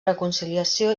reconciliació